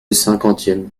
cinquantième